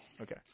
Okay